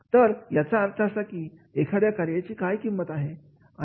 तर याचा असा अर्थ होतो की एखाद्या कार्याची काय किंमत आहे